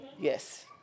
Yes